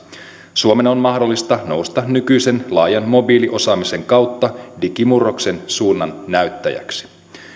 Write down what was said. suomen on mahdollista nousta nykyisen laajan mobiiliosaamisen kautta digimurroksen suunnannäyttäjäksi